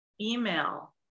email